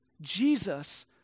Jesus